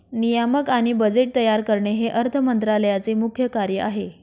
नियामक आणि बजेट तयार करणे हे अर्थ मंत्रालयाचे मुख्य कार्य आहे